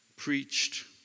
preached